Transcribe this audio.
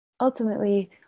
Ultimately